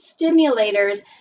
stimulators